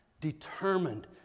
determined